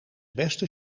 beste